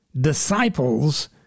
disciples